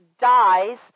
dies